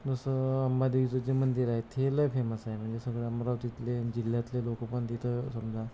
जसं अंबादेवीचं जे मंदिर आहे ते लई फेमस आहे म्हणजे सगळे अमरावतीतले आणि जिल्ह्यातले लोकं पण तिथं समजा